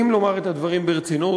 אם לומר את הדברים ברצינות,